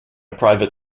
private